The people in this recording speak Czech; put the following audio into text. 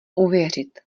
uvěřit